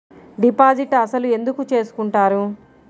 Deposit అసలు ఎందుకు చేసుకుంటారు?